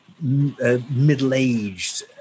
middle-aged